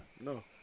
No